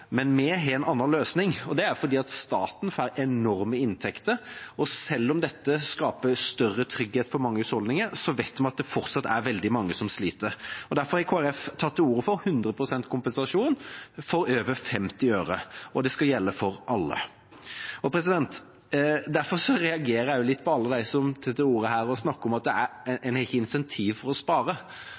Men vi har en annen løsning, og det er fordi staten får enorme inntekter, og selv om dette skaper større trygghet for mange husholdninger, vet vi at det fortsatt er veldig mange som sliter. Derfor har Kristelig Folkeparti tatt til orde for 100 pst. kompensasjon over 50 øre, og det skal gjelde for alle. Derfor reagerer jeg litt på alle dem som snakker her om at en ikke har insentiv for å spare.